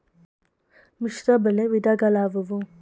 ಮಿಶ್ರಬೆಳೆ ವಿಧಗಳಾವುವು?